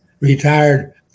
retired